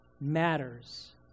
matters